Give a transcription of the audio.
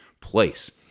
place